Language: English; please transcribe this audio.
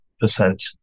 percent